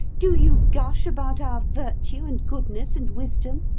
do you gush about our virtue, and goodness, and wisdom?